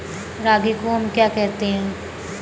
रागी को हम क्या कहते हैं?